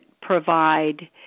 provide